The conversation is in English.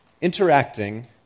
interacting